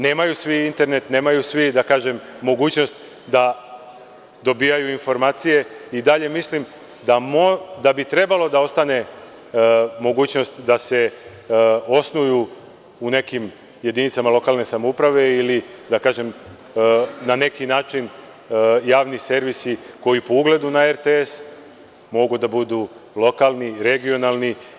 Nemaju svi internet, nemaju svi mogućnost da dobijaju informacije i dalje mislim da bi trebalo da ostane mogućnost da se osnuju, u nekim jedinicama lokalne samouprave ili, na neki način, javni servisi, koji po ugledu na RTS mogu da budu lokalni, regionalni.